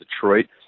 Detroit